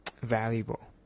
valuable